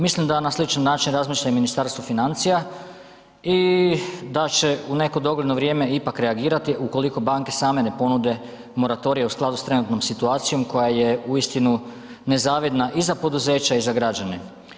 Mislim da na sličan način razmišlja i Ministarstvo financija i da će u neko dogledno vrijeme ipak reagirati ukoliko banke same ne ponude moratorije u skladu s trenutnom situacijom koja je uistinu nezavidna i za poduzeća i za građane.